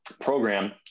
program